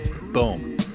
Boom